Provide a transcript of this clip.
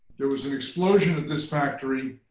there was an explosion at this factory.